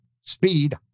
speed